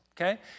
okay